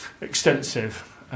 extensive